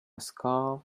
scarf